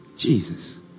Jesus